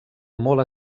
molt